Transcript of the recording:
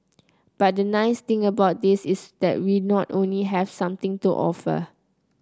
but the nice thing about this is that we not only have something to offer